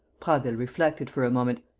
prasville reflected for a moment.